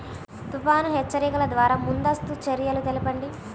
తుఫాను హెచ్చరికల ద్వార ముందస్తు చర్యలు తెలపండి?